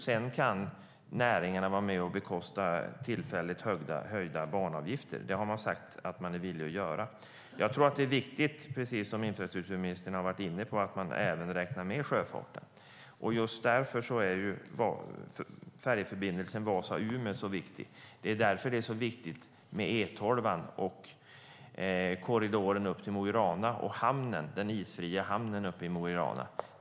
Sedan kan näringarna vara med och bekosta med tillfälligt höjda banavgifter. Det har man sagt att man är villig att göra. Det är viktigt, precis som infrastrukturministern varit inne på, att man även räknar med sjöfarten. Just därför är färjeförbindelsen Vasa-Umeå så viktig. Det är därför det är så viktigt med E12:an och korridoren upp till Mo i Rana och den isfria hamnen i Mo i Rana.